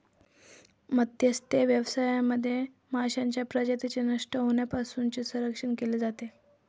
मत्स्यव्यवसाय व्यवस्थापनामध्ये माशांच्या प्रजातींचे नष्ट होण्यापासून संरक्षण केले जाते